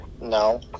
No